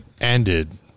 ended